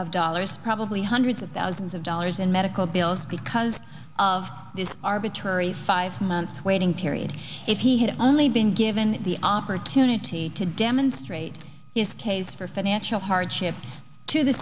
of dollars probably hundreds of thousands of dollars in medical bills because of this arbitrary five month waiting period if he had only been given the opportunity to demonstrate his case for financial hardship to the